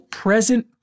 present